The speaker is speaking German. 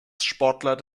sportler